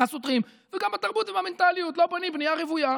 הסותרים וגם בתרבות ובמנטליות: לא בונים בנייה רוויה.